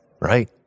right